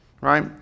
right